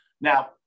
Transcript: Now